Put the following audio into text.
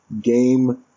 game